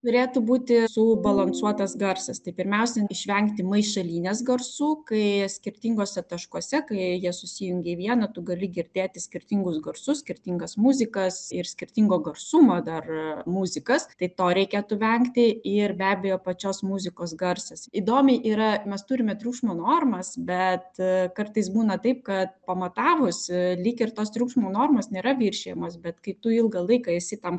turėtų būti subalansuotas garsas tai pirmiausia išvengti maišalynės garsų kai skirtinguose taškuose kai jie susijungia į vieną tu gali girdėti skirtingus garsus skirtingas muzikas ir skirtingo garsumo dar muzikas tai to reikėtų vengti ir be abejo pačios muzikos garsas įdomiai yra mes turime triukšmo normas bet kartais būna taip kad pamatavus lyg ir tos triukšmo normos nėra viršijamos bet kai tu ilgą laiką esi tam